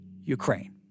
Ukraine